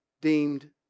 deemed